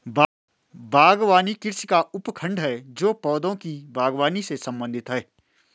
बागवानी कृषि का उपखंड है जो पौधों की बागवानी से संबंधित है